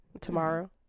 tomorrow